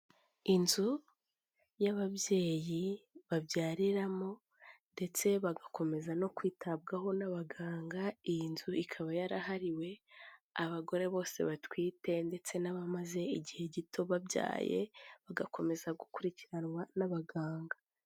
Inzu y'ababyeyi babyariramo ndetse bagakomeza no kwitabwaho n'abaganga. Iyi nzu ikaba yarahariwe abagore bose batwite ndetse n'abamaze igihe gito babyaye, bagakomeza gukurikiranwa n'abaganga.